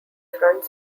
front